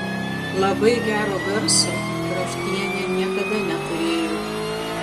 labai gero garso kraftienė niekada neturėjo